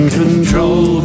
control